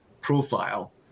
profile